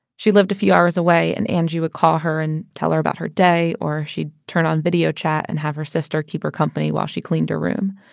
she lived a few hours away and angie would call her and tell her about her day. or she'd turn on video chat and have her sister keep her company while she cleaned her room.